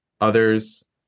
Others